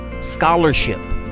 scholarship